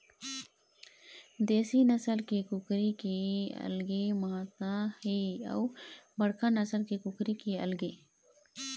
देशी नसल के कुकरी के अलगे महत्ता हे अउ बड़का नसल के कुकरी के अलगे